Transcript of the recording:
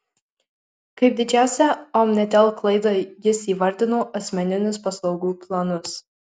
kaip didžiausią omnitel klaidą jis įvardino asmeninius paslaugų planus